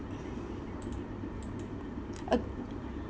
ac~